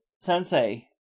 sensei